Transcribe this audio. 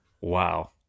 Wow